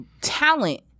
talent